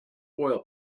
oil